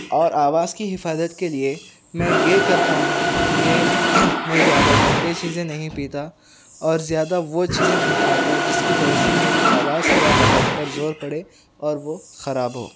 اور آواز کی حفاظت کے لئے میں یہ کرتا ہوں کہ میں زیادہ ٹھنڈی چیزیں نہیں پیتا اور زیادہ وہ چیزیں نہیں کھاتا جس کی وجہ سے میری آواز یا حلق پر زور پڑے اور وہ خراب ہو